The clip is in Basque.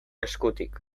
eskutik